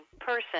person